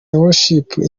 worshipers